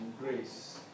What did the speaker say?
grace